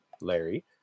Larry